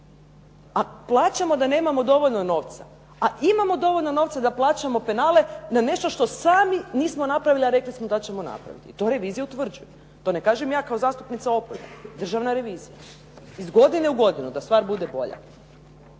A plačemo da nemamo dovoljno novca, a imamo dovoljno novca da plaćamo penale na nešto što sami nismo napravili a rekli smo da ćemo napraviti. To revizija utvrđuje, to ne kažem ja kao zastupnica oporbe, državna revizija iz godine u godinu da stvar bude bolja.